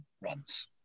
runs